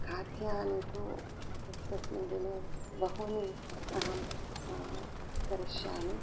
खाद्यानि तु तस्मिन् दिने बहूनि अहं करिष्यामि